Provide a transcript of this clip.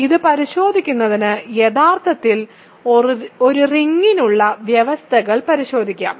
ഇത് പരിശോധിക്കുന്നതിന് യഥാർത്ഥത്തിൽ ഒരു റിങ്ങിനുള്ള വ്യവസ്ഥകൾ പരിശോധിക്കാം